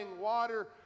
water